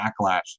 backlash